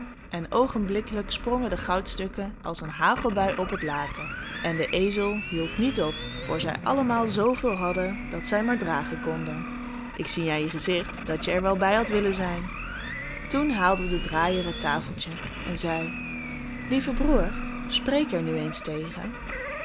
en oogenblikkelijk sprongen de goudstukken als een hagelbui op het laken en de ezel hield niet op voor zij allemaal zooveel hadden als zij maar dragen konden ik zie aan je gezicht dat je er wel bij had willen zijn toen haalde de draaier het tafeltje en zei lieve broêr spreek er nu eens tegen